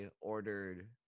ordered